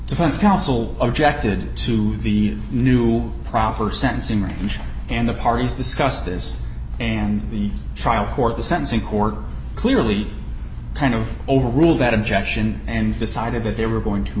defense counsel objected to the new proper sentencing range and the parties discussed this and the trial court the sentencing korg clearly kind of overrule that objection and decided that they were going to